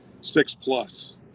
six-plus